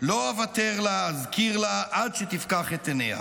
לא אוותר לה / אזכיר לה, / עד שתפקח את עיניה"